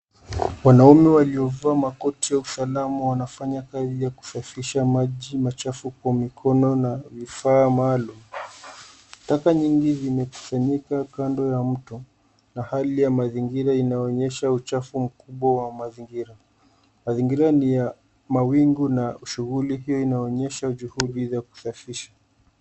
Wanaume waliovaa makoti ya usalama wanafanya kazi ya kusafisha maji machafu kwa mikono na vifaa maalum. Taka nyingi zimekusanyika kando ya mto. Na hali ya mazingira inaonyesha uchafu mkubwa wa mazingira. Mazingira ni ya mawingu na shughuli hiyo inaonyesha juhudi za kusafisha.